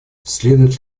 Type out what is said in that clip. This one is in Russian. следует